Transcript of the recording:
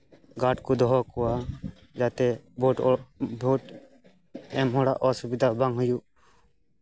guard ᱠᱚ ᱫᱚᱦᱚ ᱠᱚᱣᱟ ᱡᱟᱛᱮ ᱵᱷᱳᱴ ᱵᱷᱳᱴ ᱮᱢ ᱦᱚᱲᱟᱜ ᱚᱥᱩᱵᱤᱫᱷᱟ ᱵᱟᱝ ᱦᱩᱭᱩᱜ